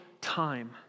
time